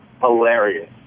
hilarious